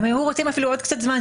והם היו רוצים עוד קצת זמן.